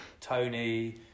Tony